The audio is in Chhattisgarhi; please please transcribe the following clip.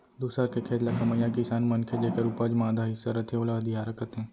दूसर के खेत ल कमइया किसान मनखे जेकर उपज म आधा हिस्सा रथे ओला अधियारा कथें